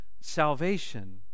salvation